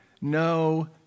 no